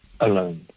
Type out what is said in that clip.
alone